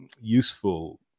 useful